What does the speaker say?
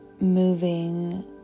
moving